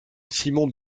simon